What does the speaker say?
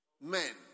men